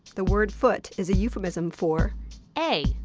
the word! foot! is a euphemism for a.